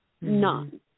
none